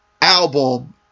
album